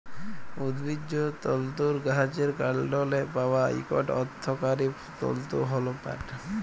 উদ্ভিজ্জ তলতুর গাহাচের কাল্ডলে পাউয়া ইকট অথ্থকারি তলতু হ্যল পাট